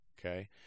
okay